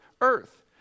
earth